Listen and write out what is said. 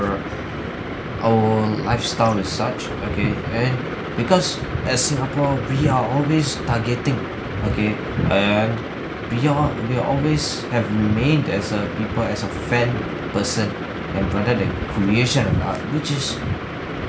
our lifestyle and such okay and because at singapore we are always targeting okay err they are they're always have made as a people as a fan person and and for them the creation of the art which is